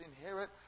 inherit